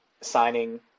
signing